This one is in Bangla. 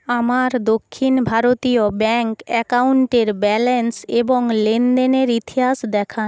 আমার দক্ষিণ ভারতীয় ব্যাঙ্ক অ্যাকাউন্টের ব্যালেন্স এবং লেনদেনের ইতিহাস দেখান